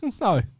No